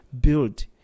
build